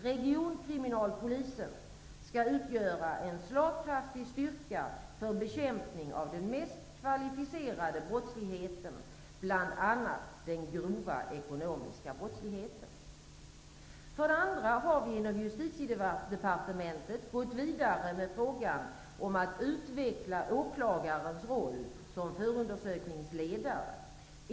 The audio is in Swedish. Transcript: Regionkriminalpolisen skall utgöra en slagkraftig styrka för bekämpning av den mest kvalificerade brottsligheten, bl.a. den grova ekonomiska brottsligheten. Vidare har vi inom Justitiedepartementet gått vidare med frågan om att utveckla åklagarens roll som förundersökningsledare.